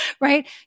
right